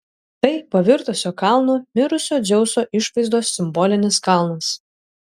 tai pavirtusio kalnu mirusio dzeuso išvaizdos simbolinis kalnas